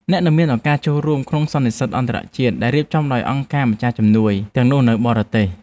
អ្នកនឹងមានឱកាសចូលរួមក្នុងសន្និសីទអន្តរជាតិដែលរៀបចំដោយអង្គការម្ចាស់ជំនួយទាំងនោះនៅបរទេស។